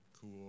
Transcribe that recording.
Cool